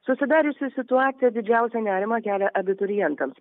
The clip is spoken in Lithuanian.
susidariusiui situacija didžiausią nerimą kelia abiturientams